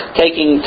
taking